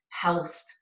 health